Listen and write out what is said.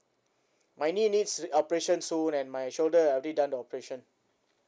my knee needs operation soon and my shoulder already done the operation